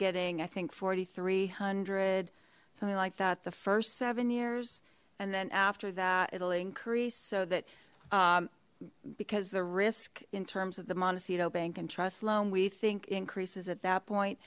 getting i think forty three hundred something like that the first seven years and then after that it'll increase so that because the risk in terms of the montecito bank and trust loan we think increases at that point